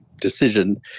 decision